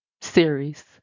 series